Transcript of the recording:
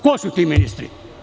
Ko su ti ministri?